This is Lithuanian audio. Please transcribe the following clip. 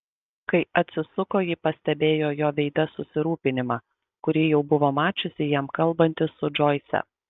kai atsisuko ji pastebėjo jo veide susirūpinimą kurį jau buvo mačiusi jam kalbantis su džoise